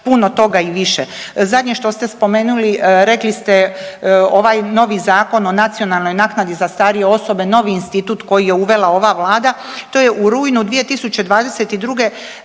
puno toga i više. Zadnje što ste spomenuli rekli ste ovaj novi Zakon o nacionalnoj naknadi za starije osobe novi institut koji je uvela ova vlada, to je rujnu 2022.